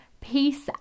peace